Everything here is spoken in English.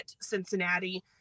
Cincinnati